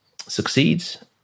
succeeds